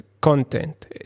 content